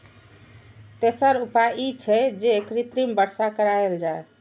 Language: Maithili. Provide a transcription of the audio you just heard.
तेसर उपाय ई छै, जे कृत्रिम वर्षा कराएल जाए